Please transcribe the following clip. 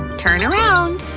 turn around!